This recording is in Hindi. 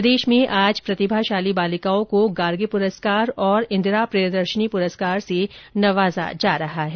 प्रदेश में आज प्रतिभाशाली बालिकाओं को गार्गी पुरस्कार और इंदिरा प्रियदर्शनी पुरस्कार से नवाजा जा रहा है